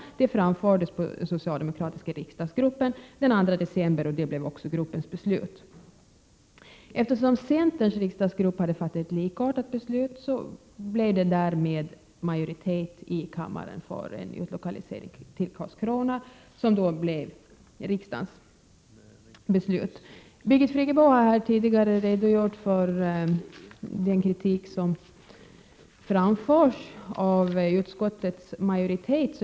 Detta framfördes för den socialdemokratiska riksdagsgruppen den 2 december. Det blev också gruppens beslut. Eftersom centerns riksdagsgrupp hade fattat ett likartat beslut blev det därmed majoritet i kammaren för en utlokalisering till Karlskrona. Det blev även riksdagens beslut. Birgit Friggebo har här tidigare redogjort för den kritik som framförts av utskottets majoritet.